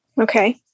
okay